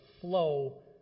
flow